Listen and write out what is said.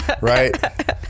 right